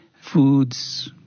foods